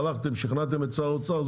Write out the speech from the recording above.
הלכתם ושכנעתם את שר האוצר,